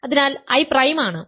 അതിനാൽ I prime ആണ്